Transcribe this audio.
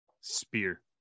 Spear